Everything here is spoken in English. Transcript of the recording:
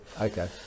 Okay